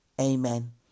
Amen